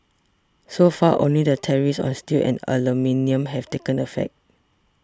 so far only the tariffs on steel and aluminium have taken effect